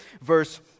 Verse